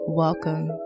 Welcome